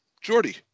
Jordy